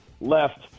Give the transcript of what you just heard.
left